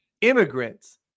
immigrants